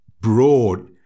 broad